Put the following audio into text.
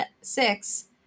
six